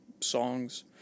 songs